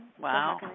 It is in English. Wow